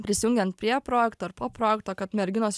prisijungiant prie projekto ir po projekto kad merginos